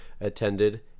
attended